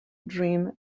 dream